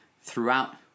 throughout